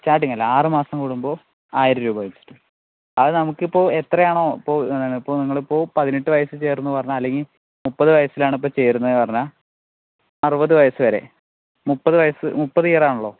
starting അല്ല ആറ് മാസം കൂടുമ്പോൾ ആയിരം രൂപ അത് നമുക്കിപ്പോൾ എത്രയാണോ ഇപ്പോൾ നിങ്ങളെ ഇപ്പോൾ പാതിനെട്ട് വയസ് ചേർന്നാ പറഞ്ഞാൽ അല്ലെങ്കിൽ മുപ്പത് വയ ആളാണെങ്കിൽ ചേരുന്നതെന്ന് പറഞ്ഞാൽ അറുപത് വയസ് വരെ മുപ്പത് വയസ്സ് മുപ്പത് ഇയർ ആണെല്ലോ